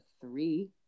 three